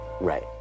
Right